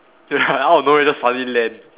ya out of nowhere just suddenly land